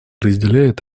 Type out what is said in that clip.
разделяет